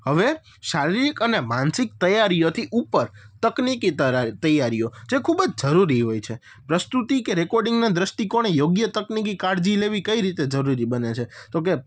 હવે શારીરિક અને માનસિક તૈયારીઓથી ઉપર તકનિકી તૈયારીઓ જે ખૂબ જ જરૂરી હોય છે પ્રસ્તુતિ કે રેકોર્ડિંગના દૃષ્ટિકોણે યોગ્ય તકનિકી કાળજી લેવી કઈ રીતે જરૂરી બને છે તો કહે